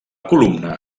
columna